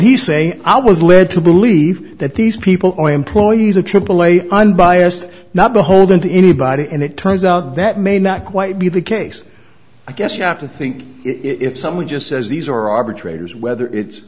he say i was led to believe that these people or employees or aaa unbiased now beholden to anybody and it turns out that may not quite be the case i guess you have to think if someone just says these are arbitrators whether it's